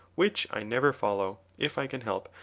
which i never follow, if i can help,